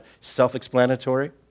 self-explanatory